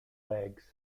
legs